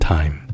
Time